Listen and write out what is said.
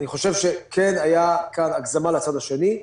אני חושב שכן הייתה כאן הגזמה לצד השני.